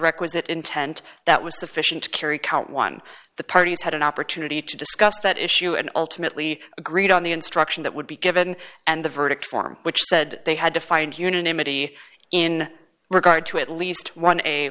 requisite intent that was sufficient to carry count one the parties had an opportunity to discuss that issue and ultimately agreed on the instruction that would be given and the verdict form which said they had to find unanimity in regard to at least one a